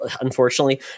Unfortunately